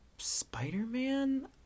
spider-man